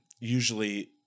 usually